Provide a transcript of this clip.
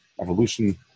evolution